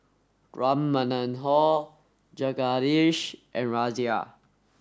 Ram Manohar Jagadish and Razia